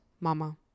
mama